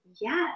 yes